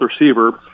receiver